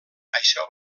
això